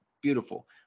Beautiful